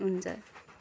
हुन्छ